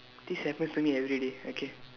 this happens to me everyday okay